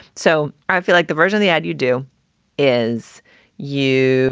so i feel like the virgin, the ad you do is you